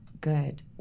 good